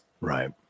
Right